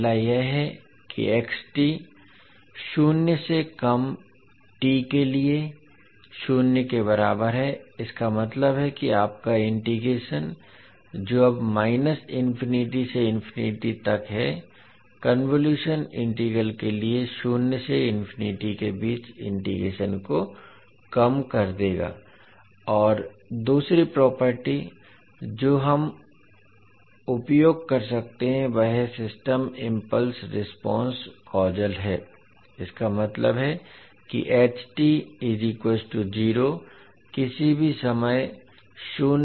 पहला यह है कि शून्य से कम t के लिए शून्य के बराबर है इसका मतलब है कि आपका इंटीग्रेशन जो अब माइनस इनफिनिटी से इनफिनिटी तक है कन्वोलुशन इंटीग्रल के लिए शून्य से इन्फिनिटी के बीच इंटीग्रेशन को कम कर देगा और दूसरी प्रॉपर्टी जो हम उपयोग कर सकते हैं वह है सिस्टम इम्पल्स रेस्पोंस कॉजल है इसका मतलब है कि किसी भी समय शून्य से कम के लिए